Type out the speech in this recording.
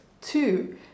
Two